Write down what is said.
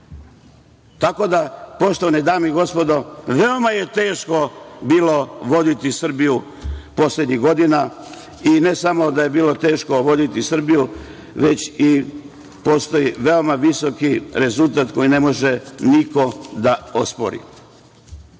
Tako da, poštovane dame i gospodo, veoma je teško bilo voditi Srbiju poslednjih godina i ne samo da je bilo teško voditi Srbiju, već i postoji veoma visok rezultat koji ne može niko da ospori. Šta